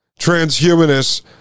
transhumanists